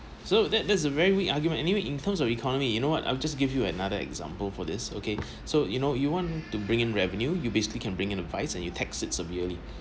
so that that's a very weak argument anyway in terms of economy you know what I'll just give you another example for this okay so you know you want to bring in revenue you basically can bring in a vice and you tax it severely